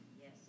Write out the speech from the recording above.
Yes